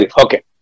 Okay